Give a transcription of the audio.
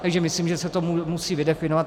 Takže myslím, že se to musí vydefinovat.